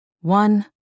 one